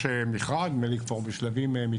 יש מכרז, נדמה לי שהוא כבר בשלבים מתקדמים,